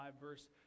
verse